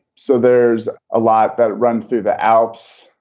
so there's a lot that run through the alps.